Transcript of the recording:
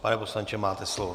Pane poslanče, máte slovo.